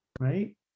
right